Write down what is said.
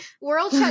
World